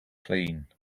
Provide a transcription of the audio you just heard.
clean